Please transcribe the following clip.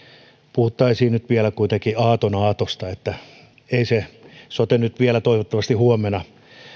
puhuttaisiin vielä kuitenkin aatonaatosta ei se sote nyt vielä toivottavasti huomenna